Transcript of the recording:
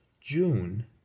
June